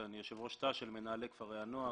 ואני יושב ראש תא של מנהלי כפרי הנוער.